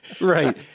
Right